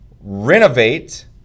renovate